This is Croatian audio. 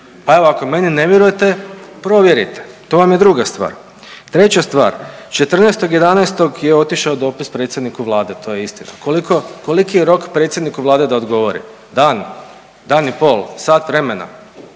Pa evo ako meni ne vjerujete provjerite. To vam je druga stvar. Treća stvar, 14.11. je otišao dopis predsjedniku Vlade to je istina, koliki je rok predsjedniku Vlade da odgovori? Dan, dan i pol, sat vremena?